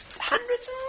Hundreds